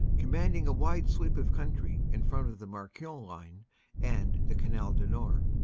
commanding a wide sweep of country in front of the marquion line and the canal du nord.